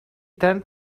turned